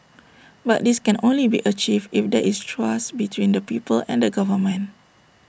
but this can only be achieved if there is trust between the people and the government